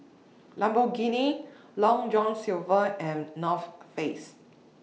Lamborghini Long John Silver and North Face